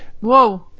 whoa